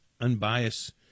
unbiased